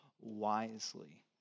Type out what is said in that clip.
wisely